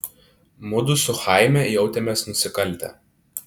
mudu su chaime jautėmės nusikaltę